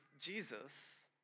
Jesus